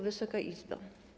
Wysoka Izbo!